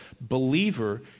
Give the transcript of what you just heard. believer